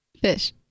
Fish